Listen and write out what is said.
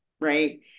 right